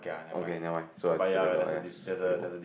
okay never mind so I just see the door as couldn't work